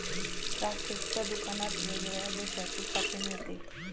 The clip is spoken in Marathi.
राकेशच्या दुकानात वेगवेगळ्या देशांची कॉफी मिळते